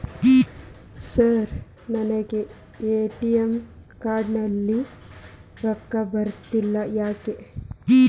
Sir ನನಗೆ ATM card ನಲ್ಲಿ ರೊಕ್ಕ ಬರತಿಲ್ಲ ಯಾಕ್ರೇ?